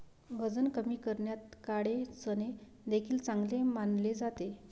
वजन कमी करण्यात काळे चणे देखील चांगले मानले जाते